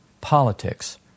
politics